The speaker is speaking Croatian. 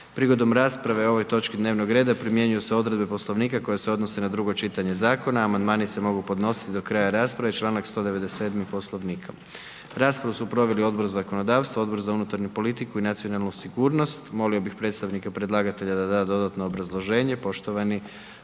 Prigodom rasprave o ovoj točki dnevnog reda, primjenjuju se odredbe Poslovnika koje se odnose na drugo čitanje Zakona. Amandmani se mogu podnijeti do kraja rasprave. Raspravu su proveli Odbor za zakonodavstvo i Odbor za zaštitu okoliša i prirode. Molio bih sad predstavnika predlagatelja da nam da dodatno obrazloženje. S nama